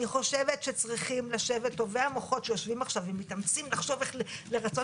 אני חושבת שטובי המוחות שיושבים עכשיו ומתאמצים לחשוב איך לרצות